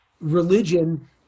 religion